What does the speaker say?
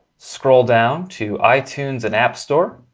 scroll down to itunes and app store.